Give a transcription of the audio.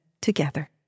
together